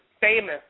famous